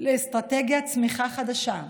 לאסטרטגיית צמיחה חדשה,